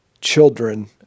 children